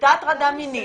הייתה הטרדה מינית,